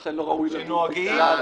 לכן, לא ראוי לדון בכלל.